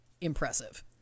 impressive